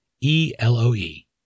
E-L-O-E